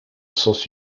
sens